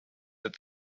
that